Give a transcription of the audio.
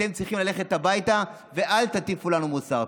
אתם צריכים ללכת הביתה, ואל תטיפו לנו מוסר.